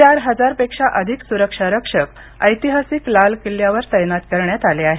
चार हजारपेक्षा अधिक सुरक्षा रक्षक लाल ऐतिहासिक लाल किल्ल्यावर तैनात करण्यात आले आहेत